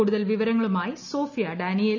കൂടുതൽ വിവരങ്ങളുമായി സോഫിയ ഡാനിയേൽ